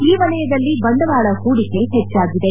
ಈ ವಲಯದಲ್ಲಿ ಬಂಡವಾಳ ಹೂಡಿಕೆ ಹೆಚ್ಚಾಗಿದೆ